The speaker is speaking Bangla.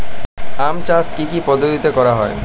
আম চাষ কি কি পদ্ধতিতে করা হয়?